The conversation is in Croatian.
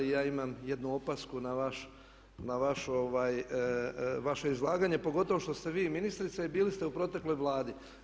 Ja imam jednu opasku na vaše izlaganje pogotovo što ste vi ministrica i bili ste u protekloj Vladi.